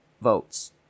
votes